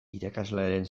irakaslearen